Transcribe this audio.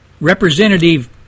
Representative